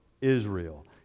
Israel